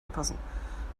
passen